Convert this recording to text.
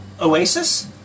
Oasis